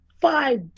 five